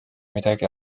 midagi